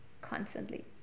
constantly